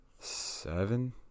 seven